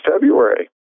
February